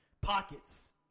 Pockets